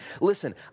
Listen